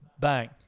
bang